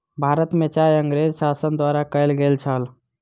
भारत में चाय अँगरेज़ शासन द्वारा कयल गेल छल